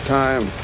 time